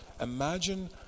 Imagine